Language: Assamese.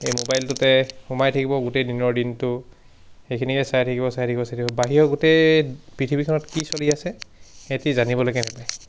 এই মোবাইলটোতে সোমাই থাকিব গোটেই দিনৰ দিনটো সেইখিনিকে চাই থাকিব চাই থাকিব চাই থাকিব বাহিৰৰ গোটেই পৃথিৱীখনত কি চলি আছে সিহঁতি জানিব